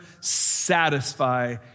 satisfy